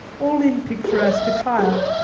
all in picturesque attire,